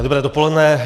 Dobré dopoledne.